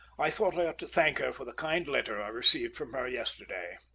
i thought i ought to thank her for the kind letter i received from her yesterday.